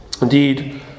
Indeed